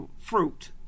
fruit